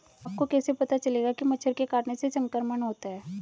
आपको कैसे पता चलेगा कि मच्छर के काटने से संक्रमण होता है?